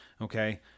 Okay